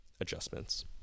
adjustments